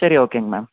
சரி ஓகேங்க மேம்